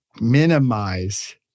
minimize